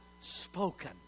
spoken